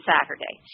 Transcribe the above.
Saturday